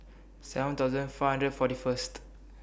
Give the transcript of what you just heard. seven thousand four hundred and forty First